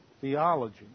theology